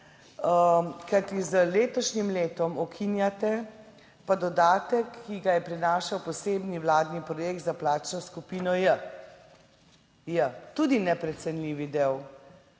z letošnjim letom ukinjate pa dodatek, ki ga je prinašal posebni vladni projekt za plačno skupino J, tudi neprecenljivi del